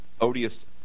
odious